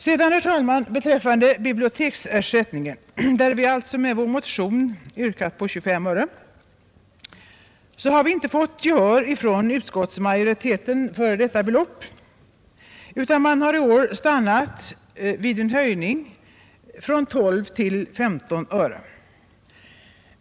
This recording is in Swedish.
Vad sedan biblioteksersättningen beträffar, där vi med vår motion yrkat på 25 öre, har vi inte fått gehör hos utskottsmajoriteten för detta belopp, utan man har stannat vid en höjning från 12 till 15 öre.